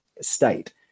state